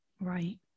Right